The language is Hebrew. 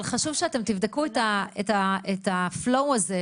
אבל חשוב שאתם תבדקו את ה-flow הזה,